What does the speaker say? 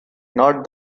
note